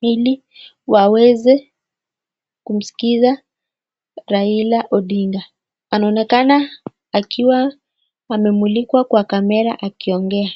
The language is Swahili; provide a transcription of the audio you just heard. ili waweze kumsikiza Raila Odinga. Anaonekana akiwa wamemulikwa kwa kamera akiongea.